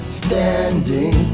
standing